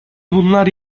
bunlar